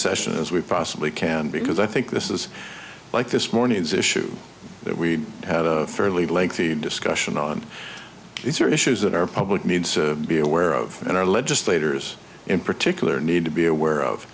session as we possibly can because i think this is like this morning's issue that we had a fairly lengthy discussion on these are issues that our public needs to be aware of and our legislators in particular need to be aware of